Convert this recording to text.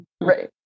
Right